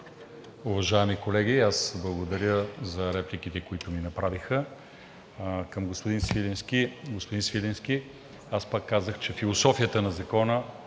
уважаеми колеги! Благодаря за репликите, които ми направихте. Господин Свиленски, пак казвам, че философията на Закона,